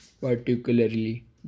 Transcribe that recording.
particularly